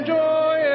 joy